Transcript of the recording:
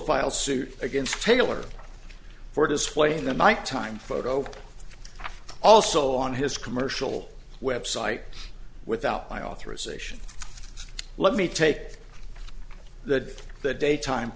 filed suit against taylor for displaying the night time photo also on his commercial website without my authorization let me take that the daytime